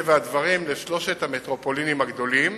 מטבע הדברים לשלוש המטרופולינים הגדולות,